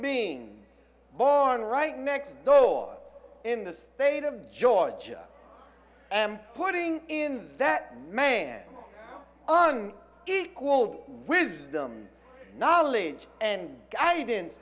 being born right next door in the state of georgia and putting in that man on equal wisdom knowledge and guidance